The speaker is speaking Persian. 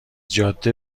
جاده